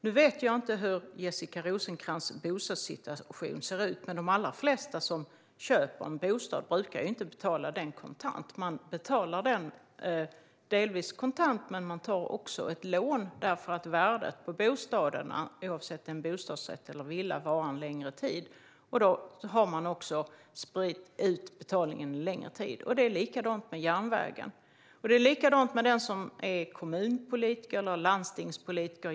Nu vet jag inte hur Jessica Rosencrantz bostadssituation ser ut, men de allra flesta som köper en bostad betalar den inte kontant. Man betalar den delvis kontant men tar också ett lån, eftersom värdet på bostaden, oavsett om det är en bostadsrätt eller en villa, varar en längre tid. Då har man också spridit ut betalningen på en längre tid. Det är likadant med järnvägen, och det gäller även kommunpolitiker och landstingspolitiker.